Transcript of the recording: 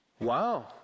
wow